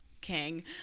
King